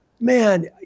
Man